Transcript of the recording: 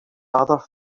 other